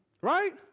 Right